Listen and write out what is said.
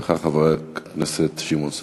ואחריה, חבר הכנסת שמעון סולומון.